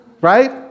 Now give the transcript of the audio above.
Right